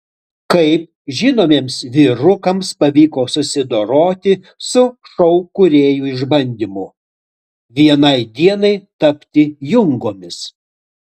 kaip žinomiems vyrukams pavyko susidoroti su šou kūrėjų išbandymu vienai dienai tapti jungomis